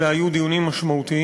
אלה היו דיונים משמעותיים,